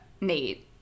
Nate